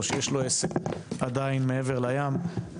או שיש לו עסק עדיין מעבר לים,